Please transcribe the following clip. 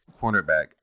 cornerback